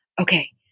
okay